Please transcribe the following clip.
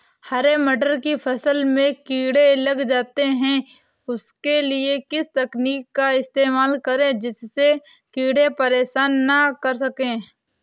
हरे मटर की फसल में कीड़े लग जाते हैं उसके लिए किस तकनीक का इस्तेमाल करें जिससे कीड़े परेशान ना कर सके?